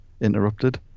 interrupted